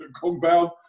compound